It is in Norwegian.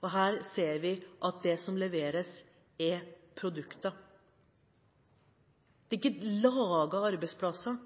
og her ser vi at det som leveres, er produkter. Det er ikke «lagde» arbeidsplasser.